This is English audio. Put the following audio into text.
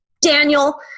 Daniel